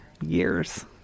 years